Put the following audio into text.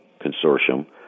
consortium